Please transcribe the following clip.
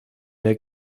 der